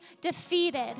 defeated